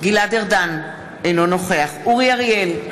גלעד ארדן, אינו נוכח אורי אריאל,